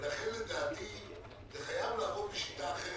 לכן לדעתי זה חייב לעבוד בשיטה אחרת.